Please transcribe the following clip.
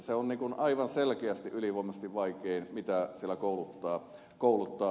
se on aivan selkeästi ylivoimaisesti vaikeinta mitä siellä koulutetaan